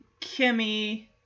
Kimmy